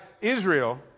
Israel